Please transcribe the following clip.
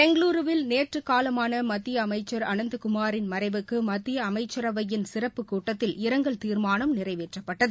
பெங்களூருவில் நேற்று காலமான மத்திய அமைச்சர் அனந்தகுமாரின் மறைவுக்கு மத்திய அமைச்சவையின் சிறப்புக் கூட்டத்தில் இரங்கல் தீர்மானம் நிறைவேற்றப்பட்டது